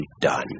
done